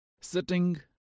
sitting